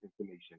information